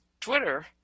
Twitter